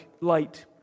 Light